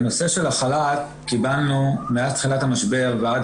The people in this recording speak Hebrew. בנושא של החל"ת קיבלנו מהתחלת המשבר ועד